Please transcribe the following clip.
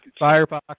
Firefox